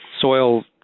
soil